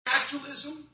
Naturalism